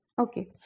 okay